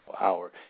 hour